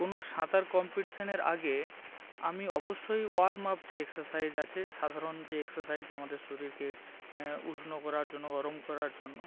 কোনো সাঁতার কম্পিটিশনের আগে আমি অবশ্যই ওয়ার্মআপ যে এক্সাসাইজ আছে সাধারণ যে এক্সাসাইজ আমাদের শরীরকে উষ্ণ করার জন্য গরম করার জন্য